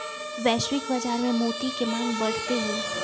वैश्विक बाजार में मोती के मांग बढ़ते हई